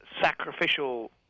sacrificial